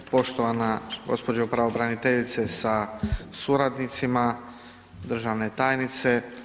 Poštovana gospođo pravobraniteljice sa suradnicima, državne tajnice.